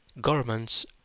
governments